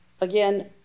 again